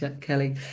kelly